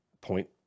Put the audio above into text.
point